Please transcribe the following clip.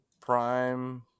Prime